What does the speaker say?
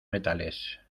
metales